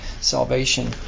salvation